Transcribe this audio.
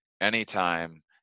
anytime